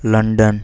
London